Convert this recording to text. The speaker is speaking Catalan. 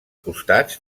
costats